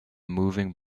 moving